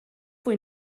fwy